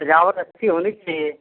सजावट अच्छी होनी चाहिए